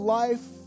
life